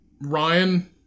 Ryan